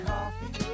Coffee